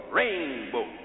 rainbow